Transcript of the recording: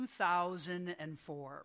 2004